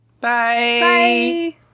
bye